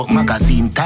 Magazine